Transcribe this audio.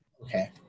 Okay